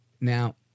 Now